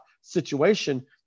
situation